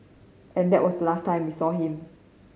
and that was the last time we saw him